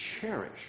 Cherish